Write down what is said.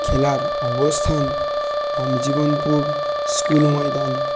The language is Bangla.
খেলার অবস্থান রামজীবনপুর স্কুল ময়দান